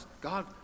God